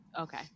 okay